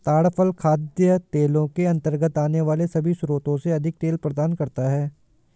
ताड़ फल खाद्य तेलों के अंतर्गत आने वाले सभी स्रोतों से अधिक तेल प्रदान करता है